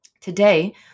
Today